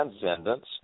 transcendence